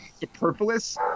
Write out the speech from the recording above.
superfluous